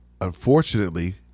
Unfortunately